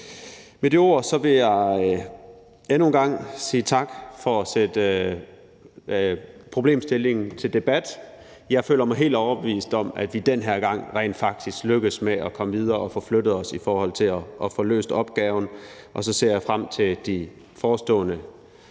Med de ord vil jeg endnu en gang sige tak for at sætte problemstillingen til debat. Jeg føler mig helt overbevist om, at vi den her gang rent faktisk lykkes med at komme videre og få flyttet os i forhold til at få løst opgaven. Og så ser jeg frem til de forestående